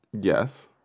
yes